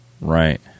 Right